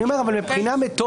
אבל אני אומר מבחינה מתודית,